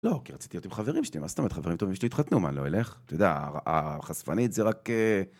לא, כי רציתי להיות עם חברים שלי, מה זאת אומרת, חברים טובים שלי התחתנו, מה, אני לא אלך? אתה יודע, החשפנית זה רק...